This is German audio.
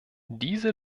diese